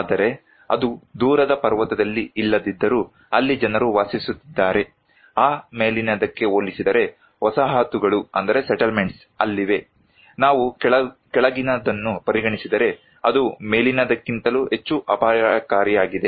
ಆದರೆ ಅದು ದೂರದ ಪರ್ವತದಲ್ಲಿ ಇಲ್ಲದಿದ್ದರೂ ಅಲ್ಲಿ ಜನರು ವಾಸಿಸುತ್ತಿದ್ದರೆ ಆ ಮೇಲಿನದಕ್ಕೆ ಹೋಲಿಸಿದರೆ ವಸಾಹತುಗಳು ಅಲ್ಲಿವೆ ನಾವು ಕೆಳಗಿನದನ್ನು ಪರಿಗಣಿಸಿದರೆ ಅದು ಮೇಲಿನದಕ್ಕಿಂತಲೂ ಹೆಚ್ಚು ಅಪಾಯಕಾರಿಯಾಗಿದೆ